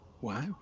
wow